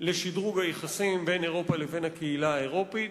לשדרוג היחסים בין ישראל לבין הקהילה האירופית.